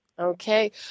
Okay